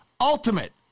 Ultimate